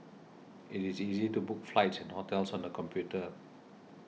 it is easy to book flights and hotels on the computer